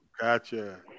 Gotcha